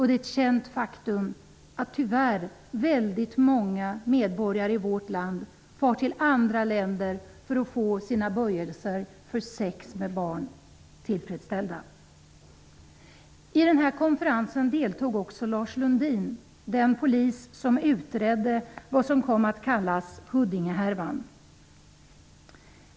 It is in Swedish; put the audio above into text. Det är ett känt faktum att tyvärr många medborgare i vårt land far till andra länder för att få sina böjelser för sex med barn tillfredsställda. I konferensen deltog också Lars Lundin, den polis som utredde det som kom att kallas Huddingehärvan.